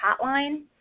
hotline